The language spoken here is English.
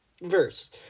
verse